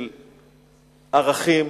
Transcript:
של ערכים,